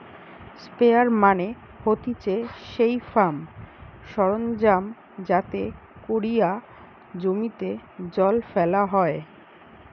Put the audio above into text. sprayer মানে হতিছে সেই ফার্ম সরঞ্জাম যাতে কোরিয়া জমিতে জল ফেলা হয়